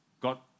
got